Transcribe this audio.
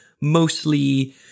mostly